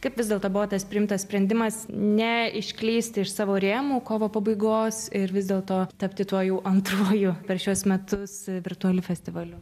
kaip vis dėlto buvo tas priimtas sprendimas ne išklysti iš savo rėmų kovo pabaigos ir vis dėlto tapti tuo jau antruoju per šiuos metus virtualiu festivaliu